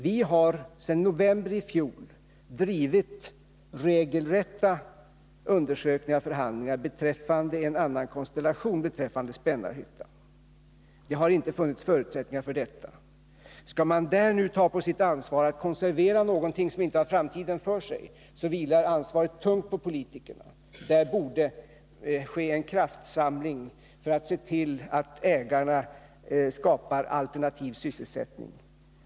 Vi har sedan i november i fjol genomfört regelrätta undersökningar och förhandlingar beträffande en annan konstellation med avseende på Spännarhyttan. Det har inte funnits förutsättningar för detta. Skall man nu där ta på sitt ansvar att konservera någonting som inte har framtiden för sig, vilar ansvaret tungt på politikerna. Här borde det göras en kraftsamling för att se till att ägarna skapar alternativ sysselsättning.